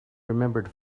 remembered